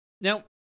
Now